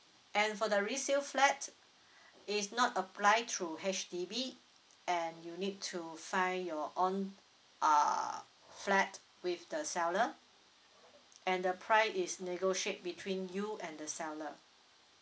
and for the resell flat is not apply through H_D_B and you need to find your own uh flat with the seller and the price is negotiate between you and the seller